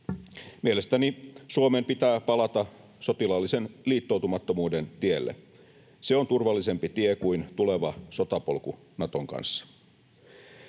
Mielestäni Suomen pitää palata sotilaallisen liittoutumattomuuden tielle: se on turvallisempi tie kuin tuleva sotapolku Naton kanssa.